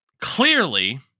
Clearly